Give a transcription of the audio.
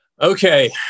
Okay